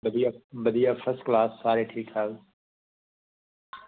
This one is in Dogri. बधिया बधिया फर्स्ट क्लास सारे ठीक ठाक